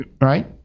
Right